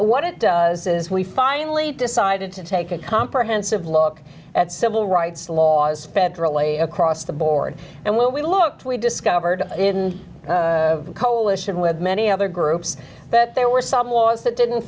what it does is we finally decided to take a comprehensive look busy at civil rights laws busy federally across the board and when we looked we discovered in coalition with many other groups that there were some laws that didn't